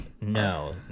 No